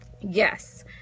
Yes